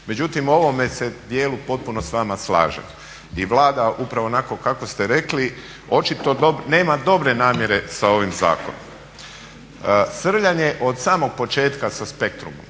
Međutim, u ovome se dijelu potpuno s vama slažem. I Vlada upravo onako kako ste rekli očito nema dobre namjere sa ovim zakonom. Srljanje od samog početka sa "Spectrumom"